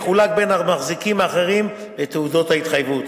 יחולק בין המחזיקים האחרים בתעודות ההתחייבות.